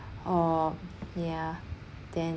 oh ya then